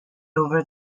over